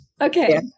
Okay